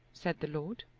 said the lord,